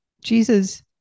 Jesus